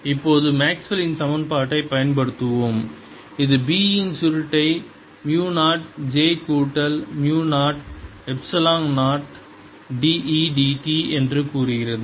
இப்போது மேக்ஸ்வெல்லின் Maxwell's சமன்பாட்டைப் பயன்படுத்துவோம் இது B இன் சுருட்டை மு நாட் j கூட்டல் mu naught epsilon naught dE dt என்று கூறுகிறது